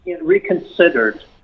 reconsidered